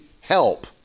help